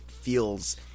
feels